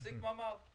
מחזיק מעמד.